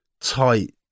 tight